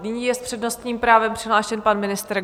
Nyní je s přednostním právem přihlášen pan ministr Gazdík.